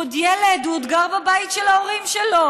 הוא עוד ילד, הוא עוד גר בבית של ההורים שלו.